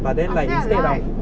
I say I like